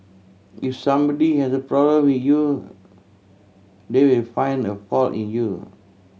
if somebody had a problem with you they will find a fault in you